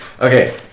Okay